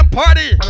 party